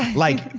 like,